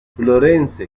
florence